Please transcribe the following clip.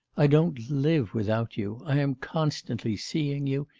i don't live without you i am constantly seeing you,